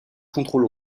contrôle